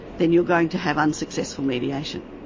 then you're going to have unsuccessful mediation.